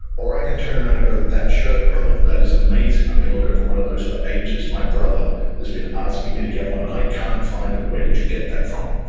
or i can turn around and go, that shirt, brother. that is amazing. i've been looking for one of those for ages. my brother has been asking me to get one, and i can't find them. where did you get that from?